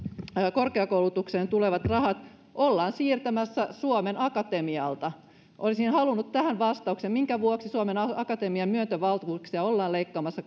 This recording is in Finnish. korkeakoulutukseen tulevat rahat ollaan siirtämässä suomen akatemialta olisin halunnut tähän vastauksen minkä vuoksi suomen akatemian myöntövaltuuksia ollaan leikkaamassa